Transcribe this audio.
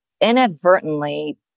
inadvertently